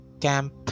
Camp